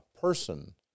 person